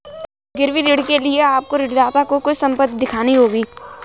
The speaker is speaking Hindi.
गिरवी ऋण के लिए आपको ऋणदाता को कुछ संपत्ति दिखानी होगी